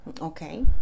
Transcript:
Okay